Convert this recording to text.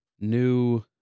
new